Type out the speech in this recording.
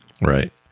Right